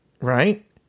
right